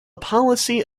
policy